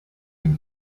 can